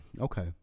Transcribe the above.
okay